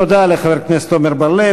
תודה לחבר הכנסת עמר בר-לב.